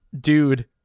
dude